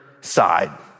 side